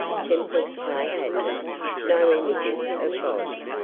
temples they had none no images of gods,